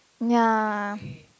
ya